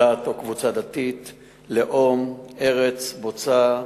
דת או קבוצה דתית, לאום, ארץ מוצא,